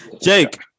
Jake